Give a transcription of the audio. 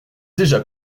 déjà